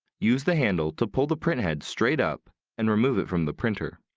use the handle to pull the printhead straight up and remove it from the printer.